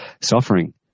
suffering